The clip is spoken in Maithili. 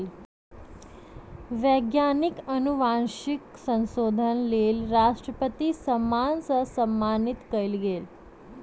वैज्ञानिक अनुवांशिक संशोधनक लेल राष्ट्रपति सम्मान सॅ सम्मानित कयल गेल